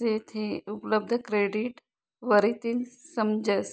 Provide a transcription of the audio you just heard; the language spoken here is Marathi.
शे ते उपलब्ध क्रेडिट वरतीन समजस